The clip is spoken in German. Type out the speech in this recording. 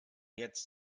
jetzt